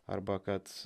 arba kad